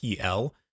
pl